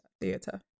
theater